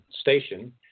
station